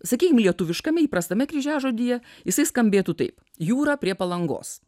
sakykim lietuviškame įprastame kryžiažodyje jisai skambėtų taip jūra prie palangos